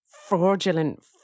Fraudulent